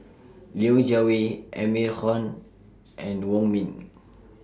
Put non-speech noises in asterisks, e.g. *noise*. *noise* Liu Jiawei Amy Khor and Wong Ming